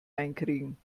einkriegen